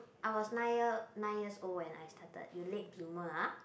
I was nine year nine years old when I started you late bloomer ah